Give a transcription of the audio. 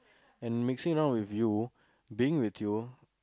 and mixing around with you being with you